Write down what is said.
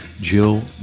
Jill